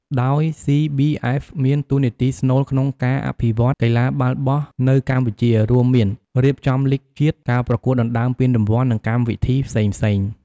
ដោយ CBF មានតួនាទីស្នូលក្នុងការអភិវឌ្ឍកីឡាបាល់បោះនៅកម្ពុជា រួមមាន រៀបចំលីគជាតិ ការប្រកួតដណ្ដើមពានរង្វាន់ និងកម្មវិធីផ្សេងៗ។